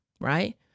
Right